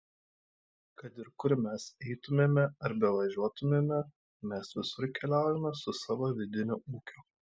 kad ir kur mes eitumėme ar bevažiuotumėme mes visur keliaujame su savo vidiniu ūkiu